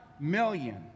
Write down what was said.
million